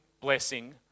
blessing